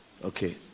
Okay